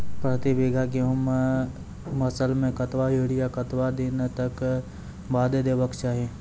प्रति बीघा गेहूँमक फसल मे कतबा यूरिया कतवा दिनऽक बाद देवाक चाही?